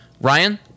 Ryan